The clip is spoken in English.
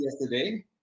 yesterday